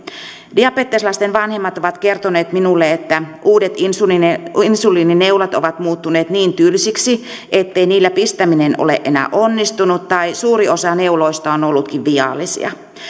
diabeteslasten vanhemmat ovat kertoneet minulle että uudet insuliinineulat insuliinineulat ovat muuttuneet niin tylsiksi ettei niillä pistäminen ole enää onnistunut tai suuri osa neuloista on ollutkin viallisia